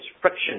friction